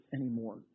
anymore